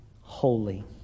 holy